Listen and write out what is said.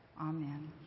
Amen